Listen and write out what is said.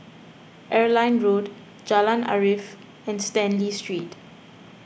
Airline Road Jalan Arif and Stanley Street